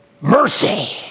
mercy